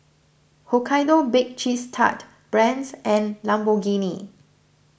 Hokkaido Baked Cheese Tart Brand's and Lamborghini